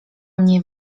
mnie